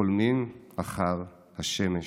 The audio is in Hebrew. החולמים אחר השמש.